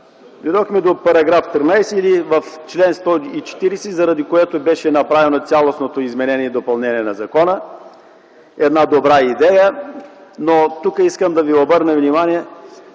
дойдохме до § 13 или до чл. 140, заради който беше направено цялостното изменение и допълнение на закона. Това е една добра идея, но тук искам да ви обърна внимание